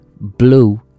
blue